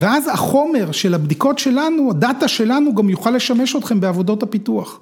ואז החומר של הבדיקות שלנו, הדאטה שלנו, גם יוכל לשמש אתכם בעבודות הפיתוח.